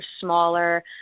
smaller